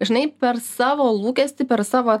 žinai per savo lūkestį per savo